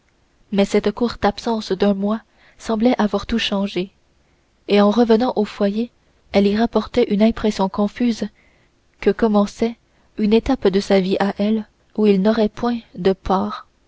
mais cette courte absence d'un mois semblait avoir tout changé et en revenant au foyer elle y rapportait une impression confuse que commençait une étape de sa vie à elle où il n'aurait point de part